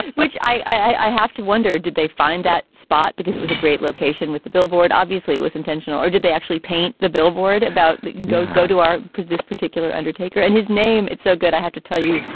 which i have to wonder, did they find that spot? because it was a great location with the billboard. obviously, it was intentional. or did they actually paint the billboard about go, go do our this particular undertaker and his name? it's so good. i have to tell you,